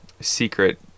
secret